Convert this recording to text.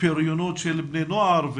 מהבריונות של בני נוער.